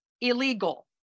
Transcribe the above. illegal